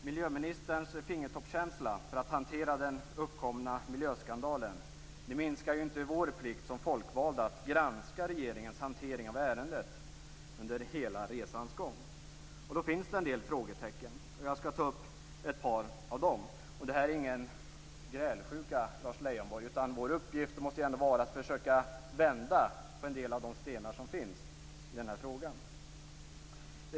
Miljöministerns fingertoppskänsla för att hantera den uppkomna miljöskandalen minskar inte vår plikt som folkvalda att granska regeringens hantering av ärendet under hela resans gång. Det finns en del frågetecken. Jag skall ta upp ett par av dem. Detta är ingen grälsjuka, Lars Leijonborg. Vår uppgift måste ändå vara att försöka vända på en del av de stenar som finns i frågan.